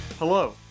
Hello